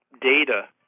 data